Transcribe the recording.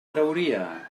trauria